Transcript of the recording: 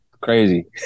crazy